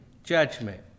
judgment